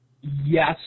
yes